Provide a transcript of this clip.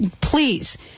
please